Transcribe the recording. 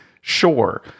sure